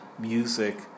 music